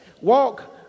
Walk